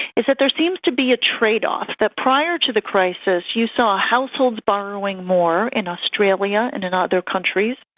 is that there seems to be a trade-off, that prior to the crisis you saw households borrowing more in australia and in other countries,